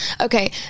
Okay